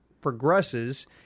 progresses